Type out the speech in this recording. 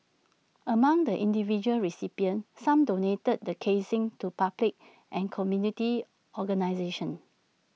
among the individual recipients some donated the casings to public and community organisations